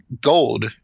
gold